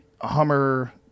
Hummer